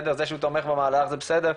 זה שהוא תומך במהלך זה בסדר,